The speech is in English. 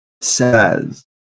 says